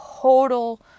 total